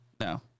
No